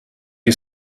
you